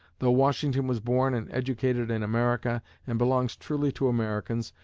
though washington was born and educated in america and belongs truly to americans,